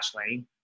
Ashley